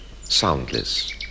soundless